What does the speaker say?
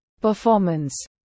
performance